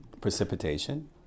Precipitation